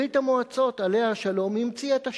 ברית-המועצות עליה השלום המציאה את השיטה.